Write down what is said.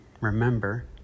remember